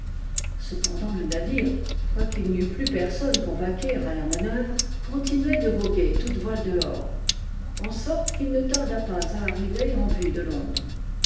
cependant le navire quoiqu'il n'y eût plus personne pour vaquer à la manœuvre continuait de voguer toutes voiles dehors en sorte qu'il ne tarda pas à arriver en vue de londres